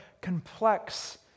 complex